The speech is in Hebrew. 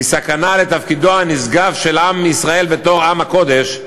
סכנה לתפקידו הנשגב של עם ישראל בתור עם הקודש,